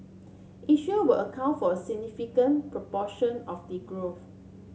Asia will account for significant proportion of the growth